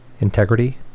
integrity